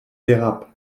dérapent